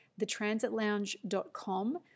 thetransitlounge.com